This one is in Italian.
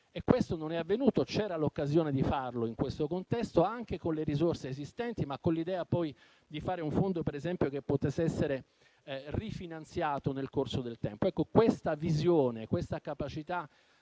Questo non è avvenuto. C'era l'occasione di farlo in questo contesto, anche con le risorse esistenti, con l'idea poi di fare un fondo che potesse essere rifinanziato nel corso del tempo. Questa visione, questa capacità